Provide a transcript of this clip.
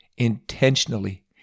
intentionally